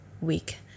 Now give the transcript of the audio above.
week